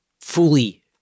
fully